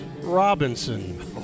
Robinson